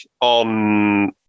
on